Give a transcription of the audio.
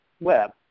web